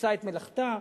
את מלאכתה.